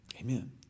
Amen